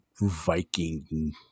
viking